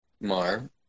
Mar